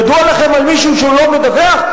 ידוע לכם על מישהו שלא מדווח?